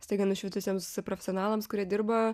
staiga nušvitusiems profesionalams kurie dirba